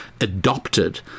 adopted